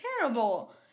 terrible